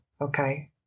Okay